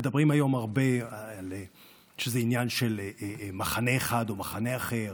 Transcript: מדברים היום הרבה על זה שזה עניין של מחנה אחד או מחנה אחר,